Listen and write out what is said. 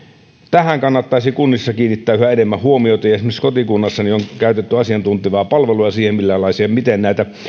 tähän kannattaisi kunnissa kiinnittää yhä enemmän huomiota esimerkiksi kotikunnassani on käytetty asiantuntevaa palvelua siihen miten näitä